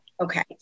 Okay